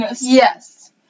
Yes